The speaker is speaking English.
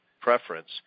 preference